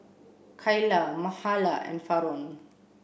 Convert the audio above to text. Kaila Mahala and Faron